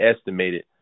estimated